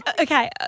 okay